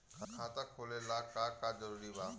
खाता खोले ला का का जरूरी बा?